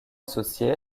associée